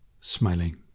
smiling